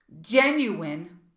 genuine